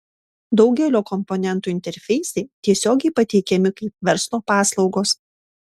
daugelio komponentų interfeisai tiesiogiai pateikiami kaip verslo paslaugos